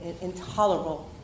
intolerable